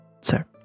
sir